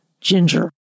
ginger